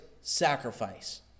sacrifice